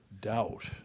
doubt